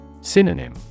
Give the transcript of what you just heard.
Synonym